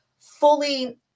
fully